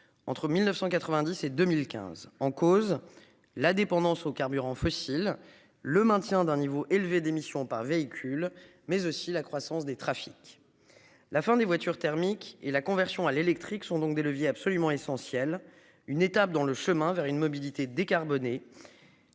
entre 1990 et 2015 en cause, la dépendance aux carburants fossiles. Le maintien d'un niveau élevé d'émissions par véhicule, mais aussi la croissance des trafics. La fin des voitures thermiques et la conversion à l'électrique sont donc des leviers absolument essentiel. Une étape dans le chemin vers une mobilité décarboné.